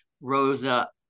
Rosa